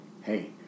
hey